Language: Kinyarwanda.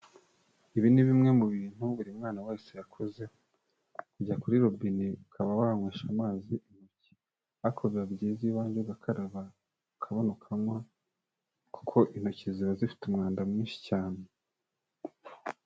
Ibi ni bimwe mu bintu buri mwana wese yakoze, kujya kuri robine ukaba wanywesha amazi intoki, ariko biba byiza iyo ubanje ugakaraba ukabona ukanywa kuko intoki ziba zifite umwanda mwinshi cyane.